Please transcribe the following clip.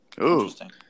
Interesting